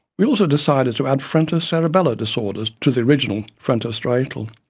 we also decided to add frontocerebellar disorders to the original frontostriatal.